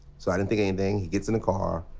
so i didn't think anything. he gets in the car.